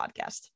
podcast